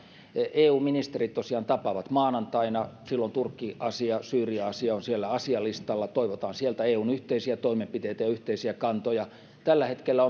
eu ministerit tosiaan tapaavat maanantaina silloin turkki asia syyria asia on siellä asialistalla toivotaan sieltä eun yhteisiä toimenpiteitä ja yhteisiä kantoja tällä hetkellä